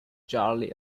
charlie